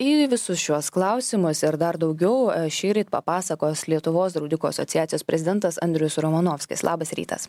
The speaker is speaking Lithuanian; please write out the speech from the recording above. į visus šiuos klausimus ir dar daugiau šįryt papasakos lietuvos draudikų asociacijos prezidentas andrius romanovskis labas rytas